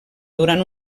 durant